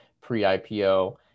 pre-IPO